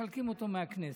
מסלקים אותו מהכנסת.